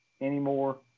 anymore